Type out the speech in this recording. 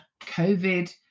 COVID